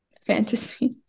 fantasy